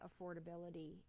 affordability